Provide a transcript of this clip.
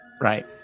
Right